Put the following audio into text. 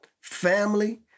family